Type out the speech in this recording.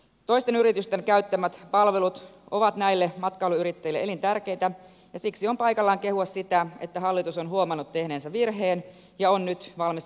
toisten yritysten käyttämät palvelut ovat näille matkailuyrittäjille elintärkeitä ja siksi on paikallaan kehua sitä että hallitus on huomannut tehneensä virheen ja on nyt valmis korjaamaan sen